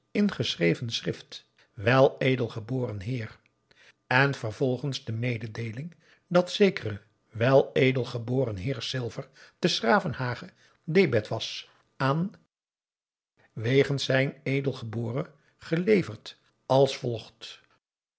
in geschreven schrift weledelgeboren heer en vervolgens de mededeeling dat zekere weledelgeboren heer silver te s gravenhage debet was aan wegens aan zwedg geleverd als volgt